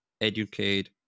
educate